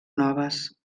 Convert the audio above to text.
noves